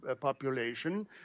population